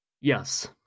Yes